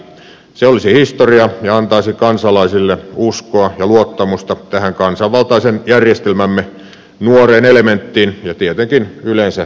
se olisi historiaa ja antaisi kansalaisille uskoa ja luottamusta tähän kansanvaltaisen järjestelmämme nuoreen elementtiin ja tietenkin yleensä koko kansanvaltaan